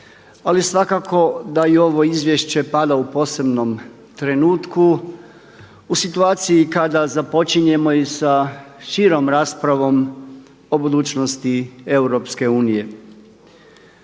ali svakako da i ovo izvješće pada u posebnom trenutku u situaciji kada započinjemo i sa širom raspravom o budućnosti EU. Mi